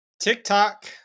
TikTok